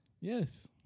Yes